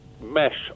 mesh